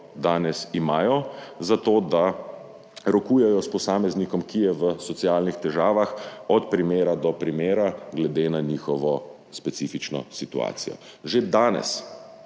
danes za to, da rokujejo s posameznikom, ki je v socialnih težavah, od primera do primera glede na njihovo specifično situacijo. Že danes,